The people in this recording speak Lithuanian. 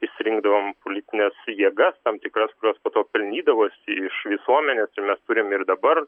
išsirinkdavom politines jėgas tam tikras kurios po to pelnydavosi iš visuomenės ir mes turim ir dabar